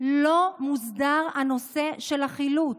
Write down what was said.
לא מוסדר הנושא של החילוט.